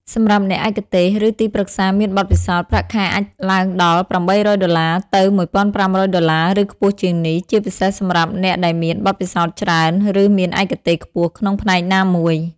សម្រាប់អ្នកឯកទេស ឬទីប្រឹក្សាមានបទពិសោធន៍ ប្រាក់ខែអាចឡើងដល់ $800 ទៅ $1,500 (USD) ឬខ្ពស់ជាងនេះ ជាពិសេសសម្រាប់អ្នកដែលមានបទពិសោធន៍ច្រើន ឬមានឯកទេសខ្ពស់ក្នុងផ្នែកណាមួយ។